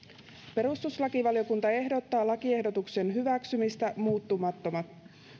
perustuslakivaliokunta ehdottaa lakiehdotuksen hyväksymistä muuttamattomana